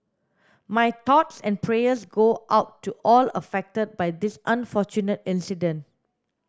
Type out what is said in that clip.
my thoughts and prayers go out to all affected by this unfortunate incident